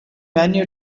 menu